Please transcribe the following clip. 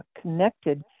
connected